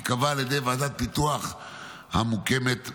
ייקבע על ידי ועדת פיתוח המוקמת בחוק.